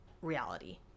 reality